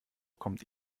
kommt